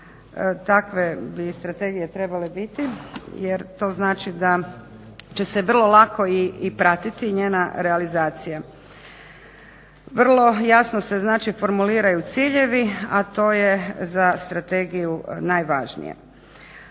takve bi strategije trebale biti, jer to znači da će se vrlo lako i pratiti njena realizacija. Vrlo jasno se znači formuliraju ciljevi, a to je za strategiju najvažnije.